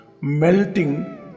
melting